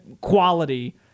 quality